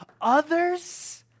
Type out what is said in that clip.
others